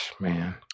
Man